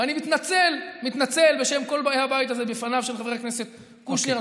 ואני מתנצל בשם כל באי הבית הזה בפניו של חבר הכנסת קושניר.